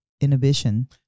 inhibition